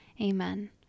Amen